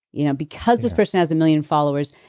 you know because this person has a million followers,